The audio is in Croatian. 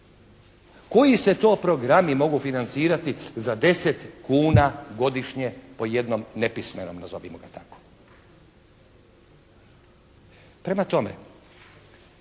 Koji se to programi mogu financirati za 10 kuna godišnje po jednom nepismenom, nazovimo ih tako. Prema tome